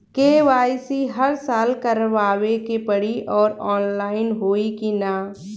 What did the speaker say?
KYC हर साल करवावे के पड़ी और ऑनलाइन होई की ना?